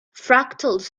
fractals